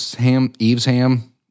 Evesham